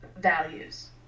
values